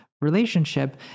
relationship